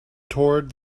toward